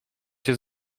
cię